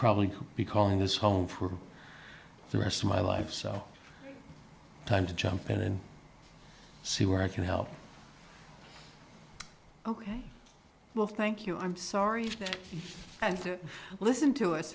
probably be calling this home for the rest of my life so time to jump in and see where i can help ok well thank you i'm sorry you have to listen to